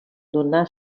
donà